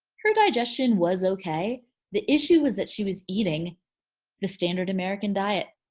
her digestion was okay the issue was that she was eating the standard american diet.